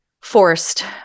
forced